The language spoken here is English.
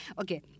Okay